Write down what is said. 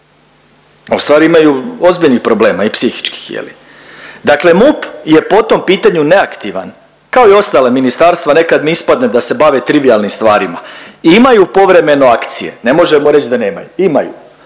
a ustvari imaju ozbiljnih problema i psihičkih je li. Dakle, MUP je po tom pitanju neaktivan kao i ostala ministarstva nekad mi ispadne da se bave trivijalnim stvarima i imaju povremeno akcije, ne možemo reći da nemaju, imaju.